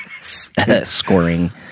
scoring